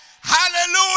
Hallelujah